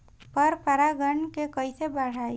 पर परा गण के कईसे बढ़ाई?